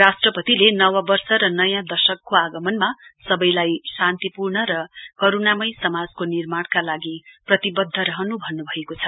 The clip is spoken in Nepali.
राष्ट्रपतिले नव वर्ष र नयाँ दशकको आगमनमा सबैलाई शान्तिपूर्ण र करूणामय समाजको निर्माणका लागि प्रतिबदध रहनु भन्नु भएको छ